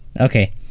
okay